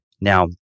Now